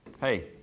Hey